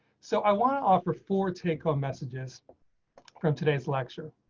so i want to offer for take home messages from today's lecture.